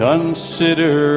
Consider